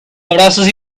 abrazos